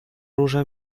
róże